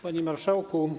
Panie Marszałku!